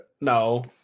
No